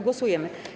Głosujemy.